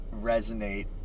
resonate